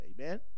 amen